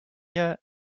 yet